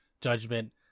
Judgment